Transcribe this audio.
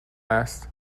است